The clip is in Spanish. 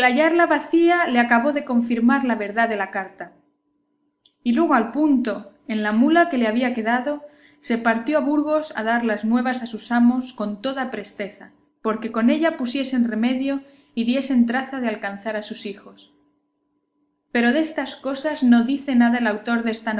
hallarla vacía le acabó de confirmar la verdad de la carta y luego al punto en la mula que le había quedado se partió a burgos a dar las nuevas a sus amos con toda presteza porque con ella pusiesen remedio y diesen traza de alcanzar a sus hijos pero destas cosas no dice nada el autor desta